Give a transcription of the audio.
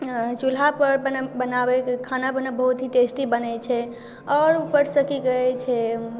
चुल्हापर बनाबैके खाना मने बहुत टेस्टी बने छै आओर उपरसँ कि कहै छै